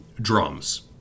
drums